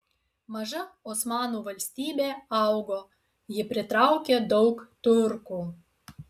maža osmanų valstybė augo ji pritraukė daug turkų